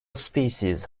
species